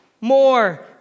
more